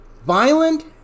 violent